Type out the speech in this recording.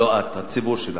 לא את, הציבור שלך,